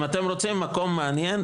אם אתם רוצים מקום מעניין,